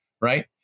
right